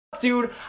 Dude